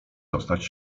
zostać